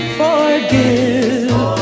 forgive